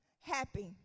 happy